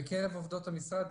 בקרב עובדות המשרד,